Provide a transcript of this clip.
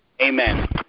amen